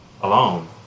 alone